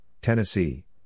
Tennessee